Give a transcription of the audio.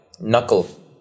knuckle